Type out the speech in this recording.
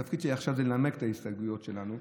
התפקיד שלי עכשיו זה לנמק את ההסתייגויות שלנו.